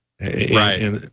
Right